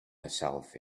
herself